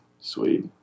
sweet